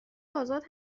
آزاد